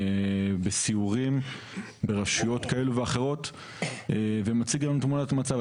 בסיורים ברשויות כאלה ואחרות ומציג לנו תמונת מצב.